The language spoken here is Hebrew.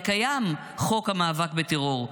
הרי קיים חוק המאבק בטרור,